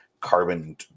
carbon